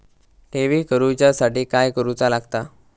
ठेवी करूच्या साठी काय करूचा लागता?